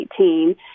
2018